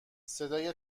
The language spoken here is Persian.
صدای